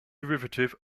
derivative